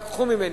לקחו ממני.